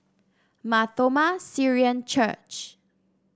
Mar Thoma Syrian Church